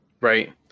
Right